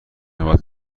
حمایت